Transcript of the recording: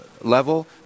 level